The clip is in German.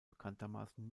bekanntermaßen